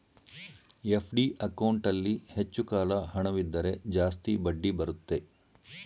FD ಅಕೌಂಟಲ್ಲಿ ಹೆಚ್ಚು ಕಾಲ ಹಣವಿದ್ದರೆ ಜಾಸ್ತಿ ಬಡ್ಡಿ ಬರುತ್ತೆ